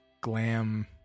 glam